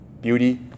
beauty